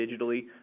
digitally